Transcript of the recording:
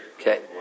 Okay